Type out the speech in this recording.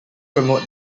promote